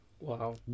Wow